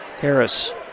Harris